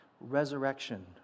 Resurrection